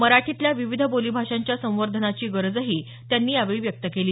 मराठीतल्या विविध बोलीभाषांच्या संवर्धनाची गरजही त्यांनी यावेळी व्यक्त केली